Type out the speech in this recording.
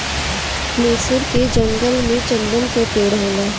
मैसूर के जंगल में चन्दन के पेड़ होला